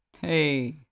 Hey